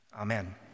Amen